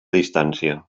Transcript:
distància